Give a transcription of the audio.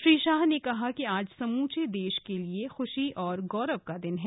श्री शाह ने कहा कि आज समूचे देश के लिए खुशी और गौरव का दिन है